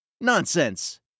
Nonsense